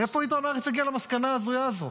מאיפה עיתון הארץ הגיע למסקנה ההזויה הזו?